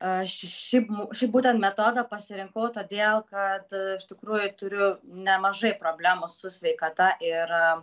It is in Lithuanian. aš šiaip šį būtent metodą pasirinkau todėl kad iš tikrųjų turiu nemažai problemų su sveikata ir